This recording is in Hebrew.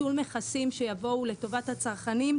ביטול מכסים שיבואו לטובת הצרכנים,